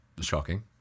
shocking